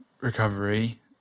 recovery